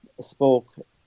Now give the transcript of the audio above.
spoke